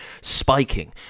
spiking